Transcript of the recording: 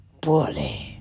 bully